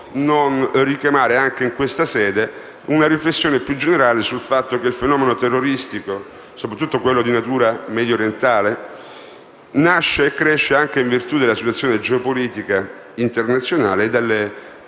non richiamare anche in questa sede una riflessione più generale sul fatto che il fenomeno terroristico, soprattutto quello di natura mediorientale, nasce e cresce in virtù della situazione geopolitica internazionale e delle politiche